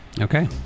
Okay